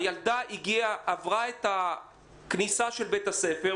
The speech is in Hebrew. הילדה עברה את שער הכניסה לבית הספר.